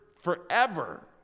forever